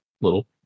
little